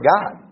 God